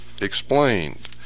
explained